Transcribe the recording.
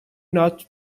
not